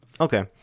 okay